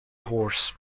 horse